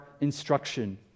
instruction